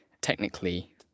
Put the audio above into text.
technically